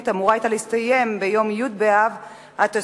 אמורה היתה להסתיים ביום י' באב התשס"ט,